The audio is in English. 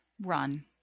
run